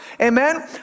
Amen